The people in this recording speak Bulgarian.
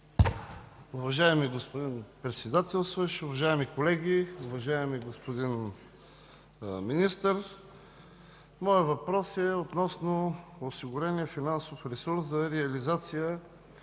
Уважаеми господин Председател, уважаеми колеги! Уважаеми господин Министър, моят въпрос е относно осигурения финансов ресурс за реализация